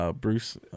Bruce